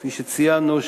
כפי שציינו,